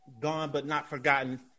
gone-but-not-forgotten